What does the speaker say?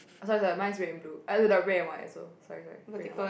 oh sorry sorry mine is red and blue red and white also sorry sorry red and white